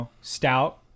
stout